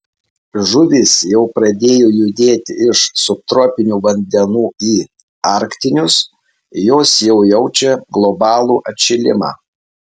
žuvys jau pradėjo judėti iš subtropinių vandenų į arktinius jos jau jaučia globalų atšilimą